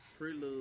Prelude